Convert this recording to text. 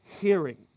hearing